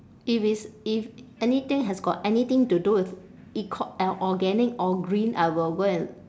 if it's if anything has got anything to do with eco~ organic or green I will go and